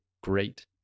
great